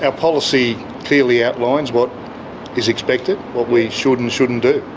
ah policy clearly outlines what is expected, what we should and shouldn't do.